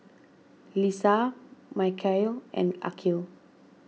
Lisa Mikhail and Aqil